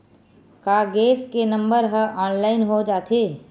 का गैस के नंबर ह ऑनलाइन हो जाथे?